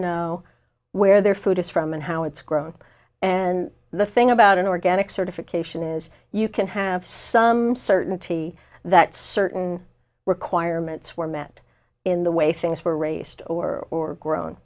know where their food is from and how it's grown and the thing about an organic certification is you can have some certainty that certain requirements were met in the way things were raised or grown